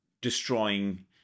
destroying